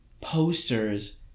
posters